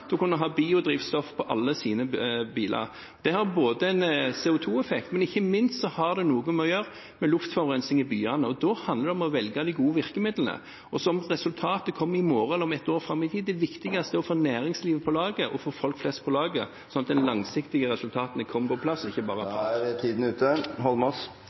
ha biodrivstoff på alle sine biler. Det har en CO2-effekt, men ikke minst gjør det noe med luftforurensingen i byene. Da handler det om å velge de gode virkemidlene. Om resultatet kommer i morgen eller et år fram i tid – det viktigste er å få næringslivet med på laget, og å få folk flest med på laget, sånn at de langsiktige resultatene kommer på plass. Jeg merket meg at samferdselsministeren ikke